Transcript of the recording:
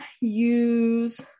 use